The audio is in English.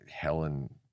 Helen